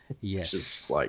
Yes